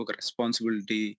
responsibility